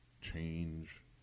change